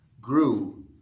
grew